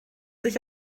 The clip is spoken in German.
sich